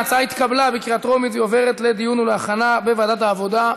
ההצעה התקבלה בקריאה טרומית והיא עוברת לדיון ולהכנה בוועדת העבודה,